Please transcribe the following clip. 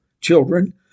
children